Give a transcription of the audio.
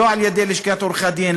לא על-ידי לשכת עורכי-הדין,